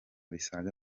bisaga